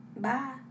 bye